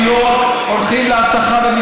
די כל היום עם הפופוליזם.